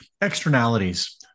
externalities